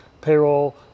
payroll